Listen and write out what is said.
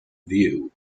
view